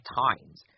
times